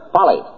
Polly